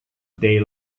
day